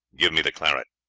give me the claret.